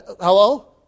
Hello